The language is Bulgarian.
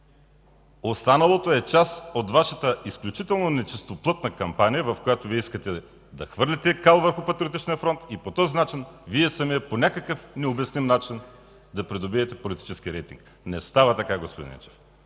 Останалото е част от Вашата изключително нечистоплътна кампания, при която искате да хвърляте кал върху Патриотичния фронт и по този начин Вие самият по някакъв необясним начин да придобиете политически рейтинг. Не става така, господин Енчев!